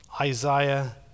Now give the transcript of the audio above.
Isaiah